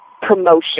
promotion